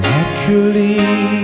Naturally